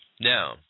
Now